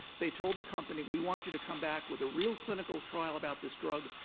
they told the company, we want you to come back with a real clinical trial about this drug.